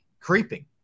creeping